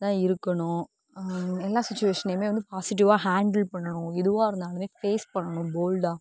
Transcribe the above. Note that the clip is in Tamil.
இப்டி தான் இருக்கணும் எல்லா சுச்சுவேஷன்லயுமே வந்து பாசிட்டிவ்வாக ஹாண்ட்ல் பண்ணனும் எதுவாக இருந்தாலுமே ஃபேஸ் பண்ணனும் போல்டாக